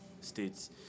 states